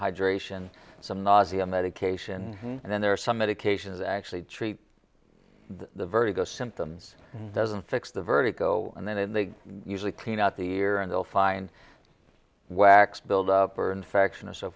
hydration some nausea medication and then there are some medications actually treat the very go symptoms doesn't fix the vertigo and then they usually clean out the year and they'll find whacks build up or infection